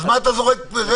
אז מה אתה זורק רפש?